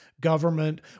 government